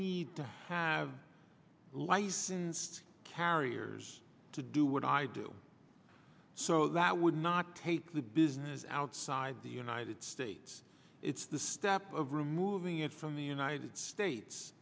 need to have licensed carriers to do what i do so that would not take the business outside the united states it's the step of removing it from the united states